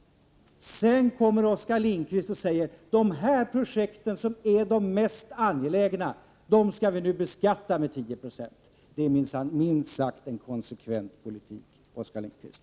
Sedan kommer Oskar Lindkvist och säger: De här projekten, som är de mest angelägna, skall vi nu beskatta med 10 96. Detta är, minst sagt, en inkonsekvent politik, Oskar Lindkvist.